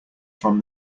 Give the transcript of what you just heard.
from